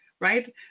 right